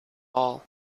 all